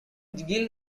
gill